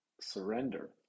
surrender